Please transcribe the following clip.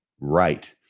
right